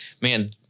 man